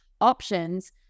options